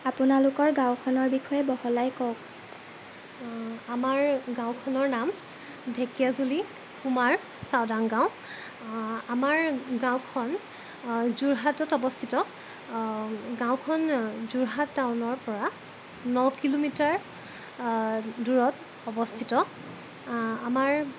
আপোনালোকৰ গাঁওখনৰ বিষয়ে বহলাই কওক আমাৰ গাঁওখনৰ নাম ঢেকিয়াজুলি সোমাৰ চাউদাংগাঁও আমাৰ গাঁওখন যোৰহাটত অৱস্থিত গাঁওখন যোৰহাট টাউনৰ পৰা ন কিলোমিটাৰ দূৰত অৱস্থিত আমাৰ